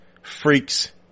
freaks